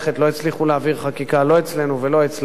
לא הצליחו להעביר חקיקה, לא אצלנו ולא אצלם.